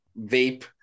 vape